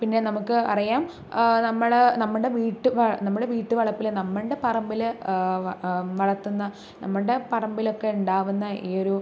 പിന്നെ നമുക്ക് അറിയാം നമ്മളെ നമ്മുടെ വീട്ട് നമ്മുടെ വീട്ടു വളപ്പില് നമ്മളുടെ പറമ്പില് വളർത്തുന്ന നമ്മളുടെ പറമ്പിലൊക്കെ ഉണ്ടാവുന്ന ഈയൊരു